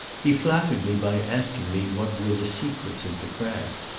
he flattered me by asking me what were the secrets of the craft.